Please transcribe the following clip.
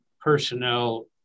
personnel